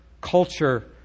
culture